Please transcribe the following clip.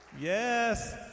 Yes